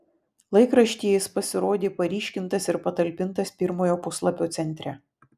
laikraštyje jis pasirodė paryškintas ir patalpintas pirmojo puslapio centre